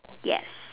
yes